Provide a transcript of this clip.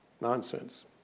nonsense